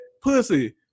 pussy